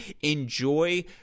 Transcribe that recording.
enjoy